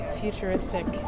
futuristic